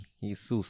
Jesus